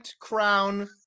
crown